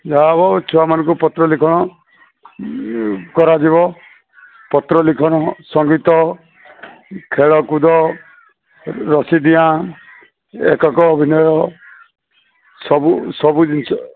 ଯାହା ହେଉ ଛୁଆମାନଙ୍କୁ ପତ୍ରଲିଖନ କରାଯିବ ପତ୍ରଲିଖନ ସଂଗୀତ ଖେଳକୁଦ ରଶି ଡିଆଁ ଏକକ ଅଭିନୟ ସବୁ ସବୁ ଜିନିଷ